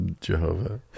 jehovah